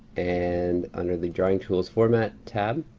and under the drawing tools format tab